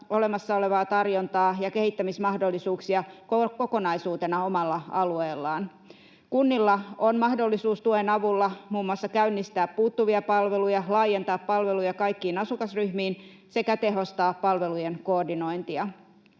olemassa olevaa tarjontaa ja kehittämismahdollisuuksia kokonaisuutena omalla alueellaan. Kunnilla on mahdollisuus tuen avulla muun muassa käynnistää puuttuvia palveluja, laajentaa palveluja kaikkiin asukasryhmiin sekä tehostaa palvelujen koordinointia.